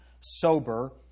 sober